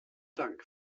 dank